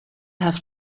have